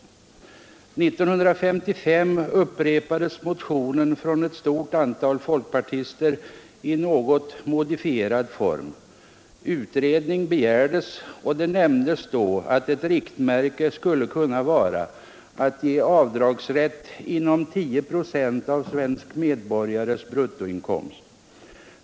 År 1955 upprepades motionen från ett stort antal folkpartister i något modifierad form. Utredning begärdes, och det nämndes att ett riktmärke skulle kunna vara att ge avdragsrätt inom 10 procent av svensk medborgares bruttoinkomst.